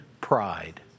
pride